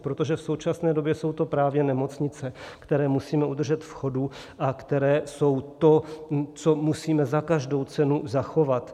Protože v současné době jsou to právě nemocnice, které musíme udržet v chodu a které jsou to, co musíme za každou cenu zachovat.